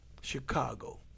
Chicago